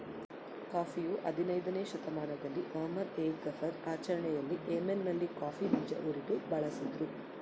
ಕಾಫಿಯು ಹದಿನಯ್ದನೇ ಶತಮಾನದಲ್ಲಿ ಅಹ್ಮದ್ ಎ ಗಫರ್ ಆಚರಣೆಯಲ್ಲಿ ಯೆಮೆನ್ನಲ್ಲಿ ಕಾಫಿ ಬೀಜ ಉರಿದು ಬಳಸಿದ್ರು